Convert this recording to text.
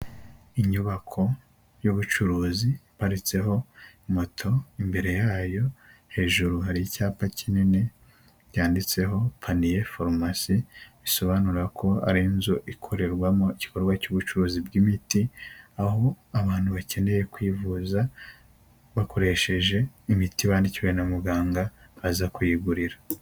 Inyubako y'ubucuruzi iparitseho moto, imbere yayo hejuru hari icyapa kinini byanditseho paniye farumasi, bisobanura ko ari inzu ikorerwamo igikorwa cy'ubucuruzi bw'imiti, aho abantu bakeneye kwivuza bakoresheje imiti bandikiwe na muganga, baza kuyigurira.